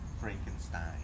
Frankenstein